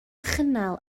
chynnal